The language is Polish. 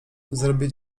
zrobię